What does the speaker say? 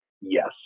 yes